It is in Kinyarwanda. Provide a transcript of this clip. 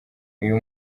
uyu